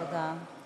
תודה.